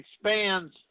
expands